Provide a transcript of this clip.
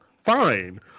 fine